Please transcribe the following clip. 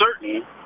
certain